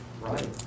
right